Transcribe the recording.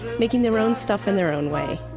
making their own stuff in their own way.